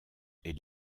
est